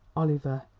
oliver!